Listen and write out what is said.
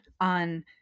on